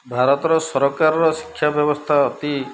ଭାରତର ସରକାରର ଶିକ୍ଷା ବ୍ୟବସ୍ଥା ଅତି